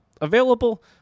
available